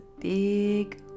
big